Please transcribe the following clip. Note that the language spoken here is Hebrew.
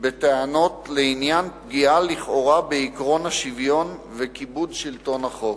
בטענות לעניין פגיעה לכאורה בעקרון השוויון וכיבוד שלטון החוק.